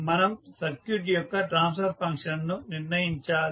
మనం సర్క్యూట్ యొక్క ట్రాన్స్ఫర్ ఫంక్షన్ను నిర్ణయించాలి